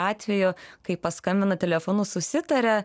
atvejų kai paskambina telefonu susitaria